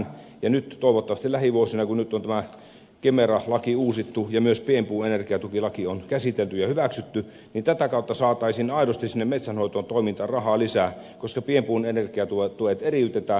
ja toivottavasti nyt lähivuosina kun tämä kemera laki on uusittu ja myös pienpuuenergiatukilaki on käsitelty ja hyväksytty tätä kautta saataisiin aidosti sinne metsänhoitoon toimintarahaa lisää koska pienpuun energiatuet eriytetään